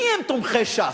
מי הם תומכי ש"ס?